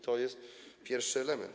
To jest pierwszy element.